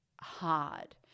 hard